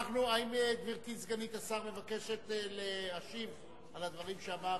האם גברתי סגנית השר מבקשת להשיב על הדברים שהוא אמר?